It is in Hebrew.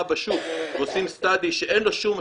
בשוק ועושים סטאדי שאין לו שום משמעות,